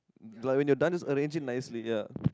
like when you're done just arrange it nicely ya